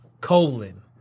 colon